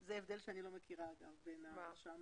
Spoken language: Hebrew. זה הבדל שאני לא מכירה, ההבדל בין הממונה על המרשם